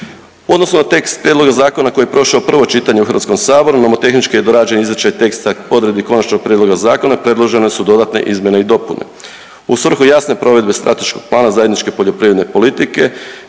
U odnosu na tekst prijedloga zakona koji je prošao prvo čitanje u HS nomotehnički je dorađen izričaj teksta odredbi Konačnog prijedloga zakona, predložene su dodatne izmjene i dopune. U svrhu jasne provedbe strateškog plana zajedničke poljoprivredne politike